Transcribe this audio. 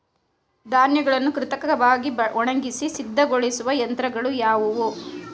ಧಾನ್ಯಗಳನ್ನು ಕೃತಕವಾಗಿ ಒಣಗಿಸಿ ಸಿದ್ದಗೊಳಿಸುವ ಯಂತ್ರಗಳು ಯಾವುವು?